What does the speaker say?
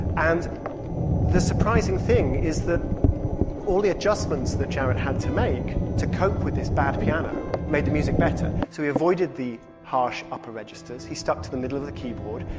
and the surprising thing is that all the adjustments that jarrett had to make to cope with this bad piano made the music better. so he avoided the harsh upper registers. he stuck to the middle of the keyboard.